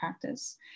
practice